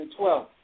2012